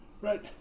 Right